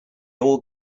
all